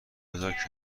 بزار